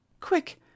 Quick